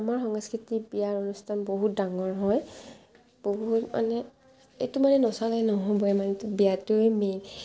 আমাৰ সংস্কৃতিত বিয়াৰ অনুষ্ঠান বহুত ডাঙৰ হয় বহুত মানে এইটো মানে নচলে নহ'বই মানে এইটো বিয়াটোৱেই মেইন